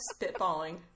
spitballing